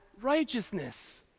righteousness